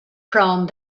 prone